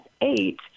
eight